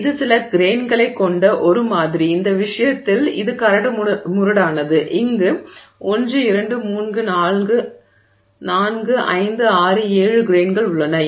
இது சில கிரெய்ன்களைக் கொண்ட ஒரு மாதிரி இந்த விஷயத்தில் இது கரடுமுரடானது இங்கு 1 2 3 4 5 6 7 கிரெய்ன்கள் உள்ளன